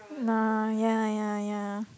nah ya ya ya